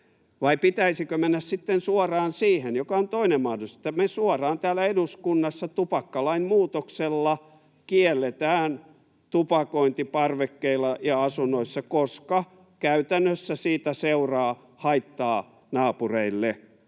Vai pitäisikö mennä sitten suoraan siihen, joka on toinen mahdollisuus: että me suoraan täällä eduskunnassa tupakkalain muutoksella kielletään tupakointi parvekkeilla ja asunnoissa, koska käytännössä siitä seuraa haittaa naapureille? Ovatko